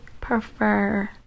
prefer